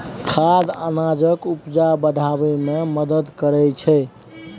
खाद अनाजक उपजा बढ़ाबै मे मदद करय छै